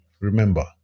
remember